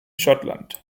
schottland